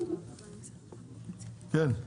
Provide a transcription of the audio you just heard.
כן.